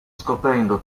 scoprendo